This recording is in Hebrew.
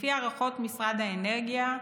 לפי הערכות משרד האנרגיה,